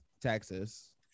Texas